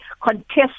contest